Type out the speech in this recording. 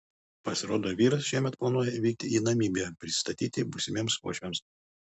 pasirodo vyras šiemet planuoja vykti į namibiją prisistatyti būsimiems uošviams